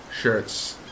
shirts